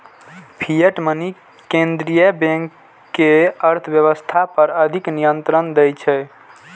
fiat money केंद्रीय bank कें अर्थव्यवस्था पर अधिक नियंत्रण दै छै